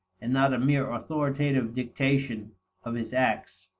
and not a mere authoritative dictation of his acts.